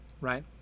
right